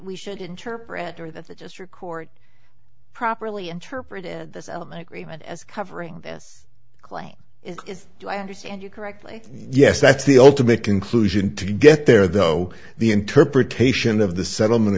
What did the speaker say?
we should interpret it or that the just record properly interpreted this element agreement as covering this claim is do i understand you correctly yes that's the ultimate conclusion to get there though the interpretation of the settlement